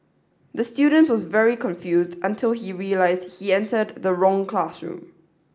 the student was very confused until he realize he entered the wrong classroom